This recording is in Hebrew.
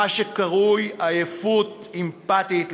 מה שקרוי עייפות אמפתית,